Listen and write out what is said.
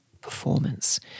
performance